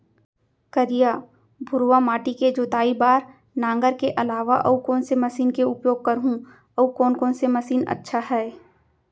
करिया, भुरवा माटी म जोताई बार नांगर के अलावा अऊ कोन से मशीन के उपयोग करहुं अऊ कोन कोन से मशीन अच्छा है?